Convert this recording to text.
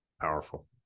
Powerful